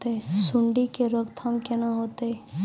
सुंडी के रोकथाम केना होतै?